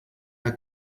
der